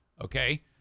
Okay